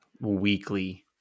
weekly